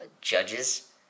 judges